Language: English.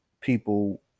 people